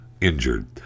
injured